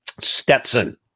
Stetson